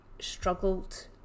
struggled